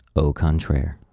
au contraire